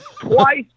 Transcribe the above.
Twice